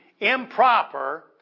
improper